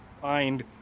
find